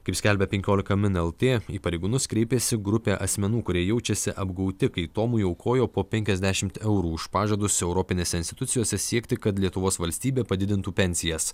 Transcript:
kaip skelbia penkiolika min el tė į pareigūnus kreipėsi grupė asmenų kurie jaučiasi apgauti kai tomui aukojo po penkiasdešimt eurų už pažadus europinėse institucijose siekti kad lietuvos valstybė padidintų pensijas